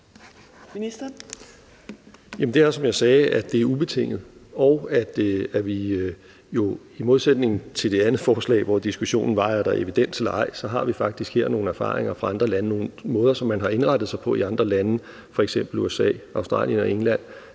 det er ubetinget, og at vi i modsætning til det andet forslag, hvor diskussionen var, om der er evidens eller ej, så faktisk her har nogle erfaringer fra andre lande med nogle måder, som de har indrettet sig på, f.eks. i USA, Australien og England.